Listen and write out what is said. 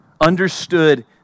understood